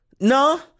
no